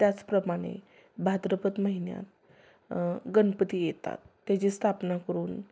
त्याचप्रमाणे भाद्रपद महिन्यात गणपती येतात त्याची स्थापना करून